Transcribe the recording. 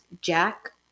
jack